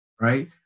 Right